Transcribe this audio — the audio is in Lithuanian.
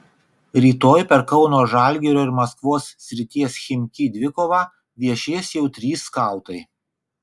rytoj per kauno žalgirio ir maskvos srities chimki dvikovą viešės jau trys skautai